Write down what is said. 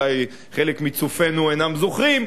אולי חלק מצופינו אינם זוכרים,